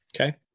Okay